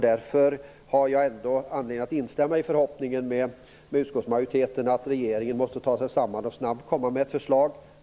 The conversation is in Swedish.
Därför har jag anledning att instämma i utskottsmajoritetens förhoppning att regeringen måste ta sig samman och snabbt komma med ett förslag.